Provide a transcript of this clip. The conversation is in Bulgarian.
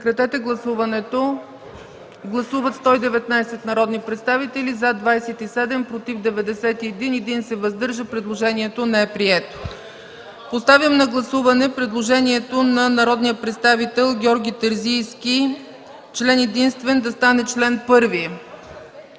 член единствен. Гласували 119 народни представители: за 27, против 91, въздържал се 1. Предложението не е прието. Поставям на гласуване предложението на народния представител Георги Терзийски – член единствен да стане чл. 1.